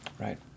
Right